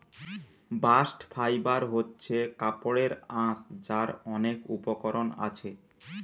bast fibre হচ্ছে কাপড়ের আঁশ যার অনেক উপকরণ আছে